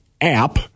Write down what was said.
app